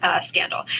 scandal